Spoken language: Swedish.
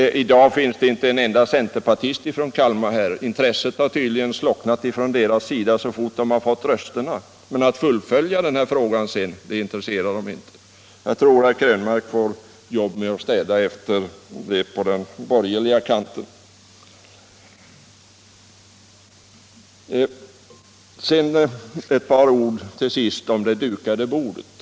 I dag finns det inte en enda centerpartist från Kalmar här. Intresset har tydligen slocknat från deras sida så fort de fått rösterna. Att fullfölja frågan intresserar dem tydligen inte. Jag tror att herr Krönmark får jobb med att städa efter dem på den borgerliga kanten. Till sist vill jag säga ett par ord om det dukade bordet.